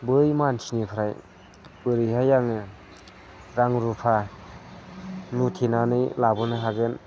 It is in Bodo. बै मानसिफ्राय बोरैहाय आङो रां रुफा मुथेनानै लाबोनो हागोन